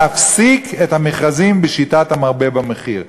להפסיק את המכרזים בשיטת המרבה במחיר.